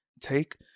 take